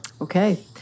Okay